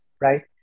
right